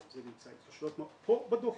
פה זה נמצא, ההתקשרויות, פה בדוח.